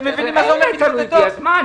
זה תלוי בך.